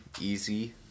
easy